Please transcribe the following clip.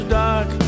dark